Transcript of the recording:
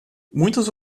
muitas